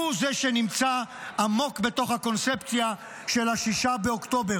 הוא זה שנמצא עמוק בתוך הקונספציה של 6 באוקטובר.